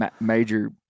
major